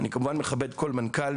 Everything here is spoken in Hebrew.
אני כמובן מכבד כל מנכ"ל,